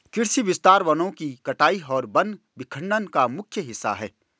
कृषि विस्तार वनों की कटाई और वन विखंडन का मुख्य हिस्सा है